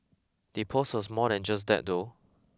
the post was more than just that though